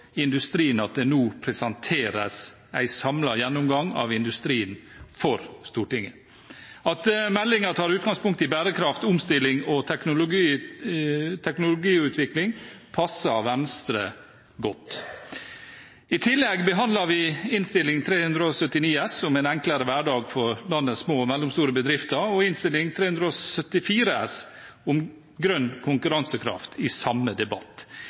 industrien at det nå presenteres en samlet gjennomgang av industrien for Stortinget. At meldingen tar utgangspunkt i bærekraft, omstilling og teknologiutvikling, passer Venstre godt. I tillegg behandler vi Innst. 379 S, om en enklere hverdag for landets små og mellomstore bedrifter, og Innst. 374 S, om økt grønn konkurransekraft, i samme debatt.